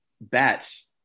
Bats